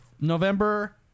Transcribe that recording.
November